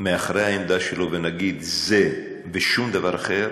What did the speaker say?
מאחורי העמדה שלו ונגיד: זה ושום דבר אחר,